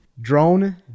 Drone